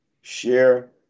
Share